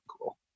cool